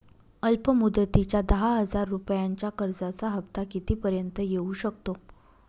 अल्प मुदतीच्या दहा हजार रुपयांच्या कर्जाचा हफ्ता किती पर्यंत येवू शकतो?